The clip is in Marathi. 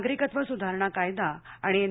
नागरिकत्व सुधारणा कायदा आणि एन